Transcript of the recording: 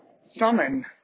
summon